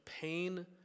pain